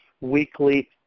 weekly